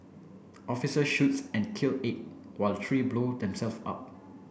officers shoots and kill eight while three blow themselves up